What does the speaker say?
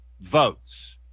votes